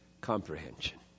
comprehension